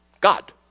God